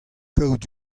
kaout